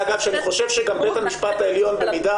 אגב שאני חושב שגם בית המשפט העליון במידה